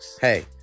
hey